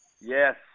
Yes